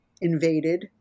invaded